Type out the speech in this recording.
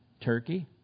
Turkey